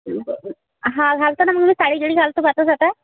हा घालतो ना मग मी साडी गिडी घालतो जाता जाता